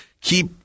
keep